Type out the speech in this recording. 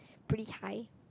pretty high